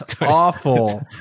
awful